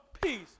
peace